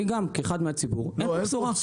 אני גם כאחד מהציבור, אין פה בשורה.